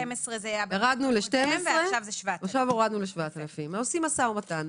ירדנו ל-12,000 ועכשיו זה 7,000. כל הזמן עושים משא ומתן.